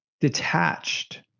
detached